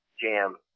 jam